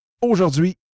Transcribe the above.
Aujourd'hui